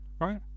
right